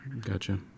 Gotcha